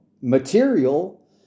material